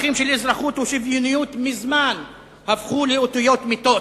מזמן הפכו לאותיות מתות.